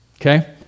Okay